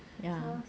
ya